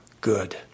good